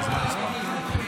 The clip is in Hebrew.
תודה רבה.